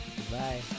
Goodbye